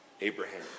Abraham